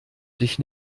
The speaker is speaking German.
dich